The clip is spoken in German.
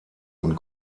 und